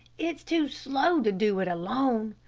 it's too slow to do it alone.